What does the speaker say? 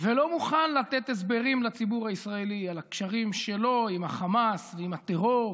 ולא מוכן לתת הסברים לציבור הישראלי על הקשרים שלו עם החמאס ועם הטרור,